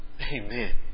Amen